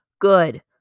good